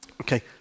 Okay